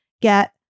get